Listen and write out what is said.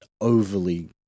overly